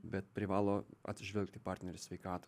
bet privalo atsižvelgt į partnerio sveikatą